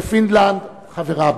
שפינלנד חברה בו.